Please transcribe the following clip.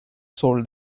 sold